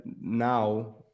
now